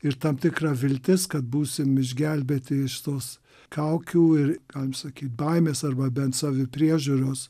ir tam tikra viltis kad būsim išgelbėti iš tos kaukių ir galim sakyt baimės arba bent savpriežiūros